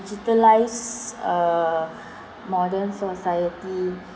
digitalised uh modern society